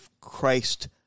Christ